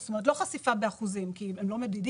זאת אומרת לא חשיפה באחוזים כי הם לא מדידים.